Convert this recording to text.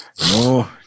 no